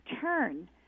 turn